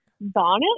bonnet